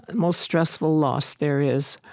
most stressful loss there is.